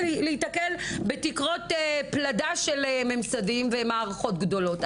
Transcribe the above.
להיתקל בתקרות פלדה של ממסדים ומערכות גדולות.